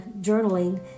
journaling